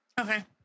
Okay